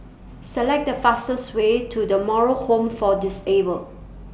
Select The fastest Way to The Moral Home For Disabled